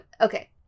okay